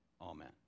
Amen